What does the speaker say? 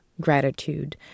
gratitude